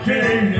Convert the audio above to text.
King